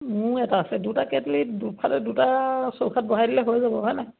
মোৰ এটা আছে দুটা কেটলি দুফালে দুটা চৌকাত বহাই দিলে হৈ যাব হয় নাই